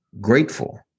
grateful